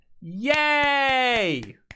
Yay